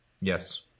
Yes